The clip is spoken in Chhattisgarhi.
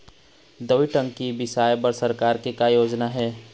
दवई टंकी बिसाए बर सरकार के का योजना हे?